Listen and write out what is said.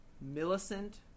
millicent